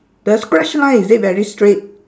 the scratch line is it very straight